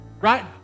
right